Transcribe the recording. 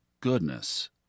goodness